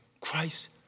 Christ